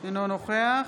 אינו נוכח